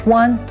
one